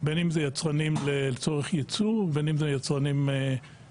בין אם זה יצרנים לצורך יצוא ובין אם זה יצרנים שהם